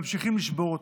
וממשיכים לשבור אותו.